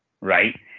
right